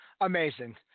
Amazing